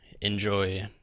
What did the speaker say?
enjoy